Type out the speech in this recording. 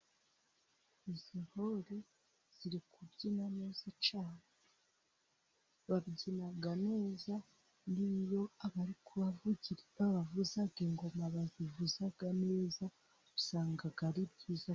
Izo ntore ziri kubyina neza cyane, babyina neza n'iyo abavuza ingoma bazivuza neza, usanga ari byiza.